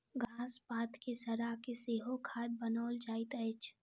घास पात के सड़ा के सेहो खाद बनाओल जाइत अछि